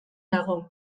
nago